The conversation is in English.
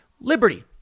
liberty